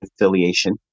affiliation